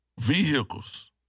vehicles